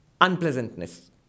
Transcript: unpleasantness